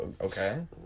Okay